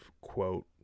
quote